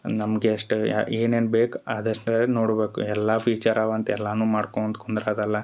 ನಮಗೆ ಎಷ್ಟು ಯಾ ಏನೇನು ಬೇಕು ಅದಷ್ಟೇ ನೋಡಬೇಕು ಎಲ್ಲ ಫೀಚರ್ ಅವ ಅಂತ ಎಲ್ಲಾನು ಮಾಡ್ಕೊಂಡು ಕುಂದ್ರದು ಅಲ್ಲ